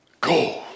Gold